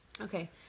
Okay